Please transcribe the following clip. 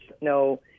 no